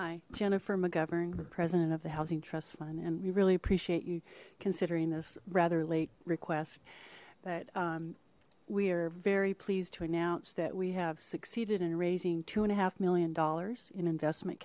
fund i jennifer mcgovern the president of the housing trust fund and we really appreciate you considering this rather late request that we are very pleased to announce that we have succeeded in raising two and a half million dollars in investment